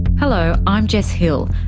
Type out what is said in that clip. hello, i'm jess hill,